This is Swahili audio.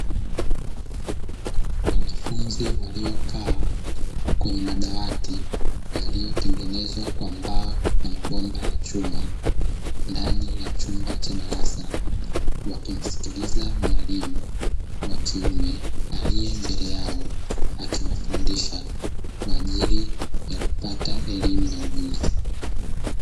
Wanafunzi waliokaa kwenye madawati yaliyotengenezwa kwa mbao na mabomba ya chuma ndani ya chumba cha darasa, wakimsikiliza mwalimu wa kiume aliye mbele yao akiwafundisha kwa ajili ya kupata elimu na ujuzi.